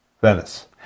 Venice